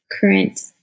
current